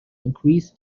increase